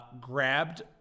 grabbed